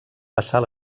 passar